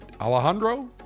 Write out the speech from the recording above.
Alejandro